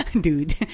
Dude